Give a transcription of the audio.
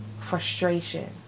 frustration